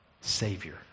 Savior